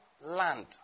land